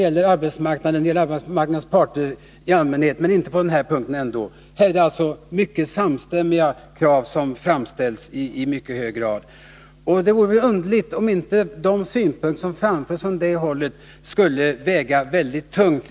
Mellan arbetsmarknadens parter råder väl i allmänhet en viss motsättning, men detta gäller inte på denna punkt, utan här är det i mycket hög grad samstämmiga krav som framförs. Det vore underligt om inte de synpunkter som framförs från de hållen skulle väga väldigt tungt.